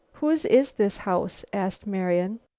whose is this house? asked marian.